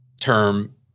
term